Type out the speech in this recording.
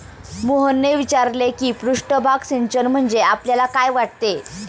मोहनने विचारले की पृष्ठभाग सिंचन म्हणजे आपल्याला काय वाटते?